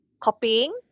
copying